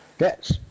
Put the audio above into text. Yes